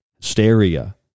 hysteria